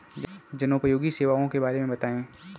जनोपयोगी सेवाओं के बारे में बताएँ?